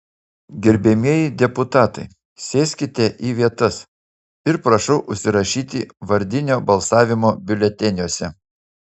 gerbiamieji deputatai sėskite į vietas ir prašau užsirašyti vardinio balsavimo biuleteniuose